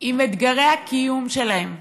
עם אתגרי הקיום שלהם,